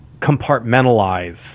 compartmentalize